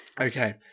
Okay